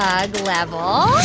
hug level.